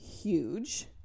huge